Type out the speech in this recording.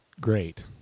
great